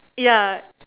ya